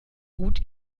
gut